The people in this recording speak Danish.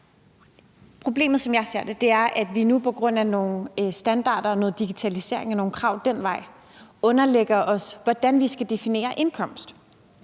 Problemet, som jeg ser det, er, at vi nu på grund af nogle standarder og noget digitalisering og nogle krav fra det underlægger os, hvordan vi skal definere indkomst.